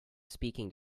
speaking